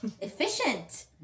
Efficient